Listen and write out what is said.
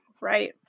Right